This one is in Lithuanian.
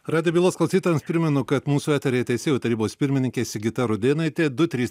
radijo bylos klausytojams primenu kad mūsų eteryje teisėjų tarybos pirmininkė sigita rudėnaitė du trys